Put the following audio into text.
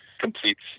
completes